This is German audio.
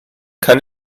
kann